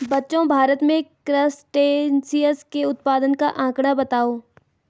बच्चों भारत में क्रस्टेशियंस के उत्पादन का आंकड़ा बताओ?